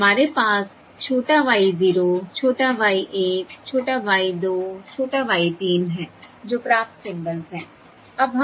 तो हमारे पास छोटा y 0 छोटा y 1 छोटा y 2 छोटा y 3 हैं जो प्राप्त सिंबल्स हैं